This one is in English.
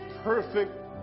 perfect